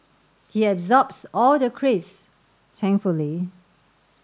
he absorbs all the craze thankfully